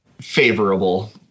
favorable